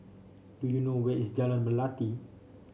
do you know where is Jalan Melati